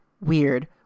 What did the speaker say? weird